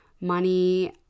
Money